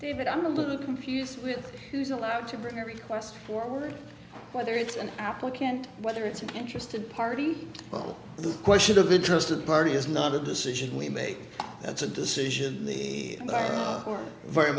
david i'm a little confused with who is allowed to bring a request forward whether it's an applicant whether it's an interested party on the question of interested party is not a decision we make that's a decision the ira were very